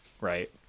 right